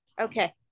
Okay